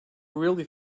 really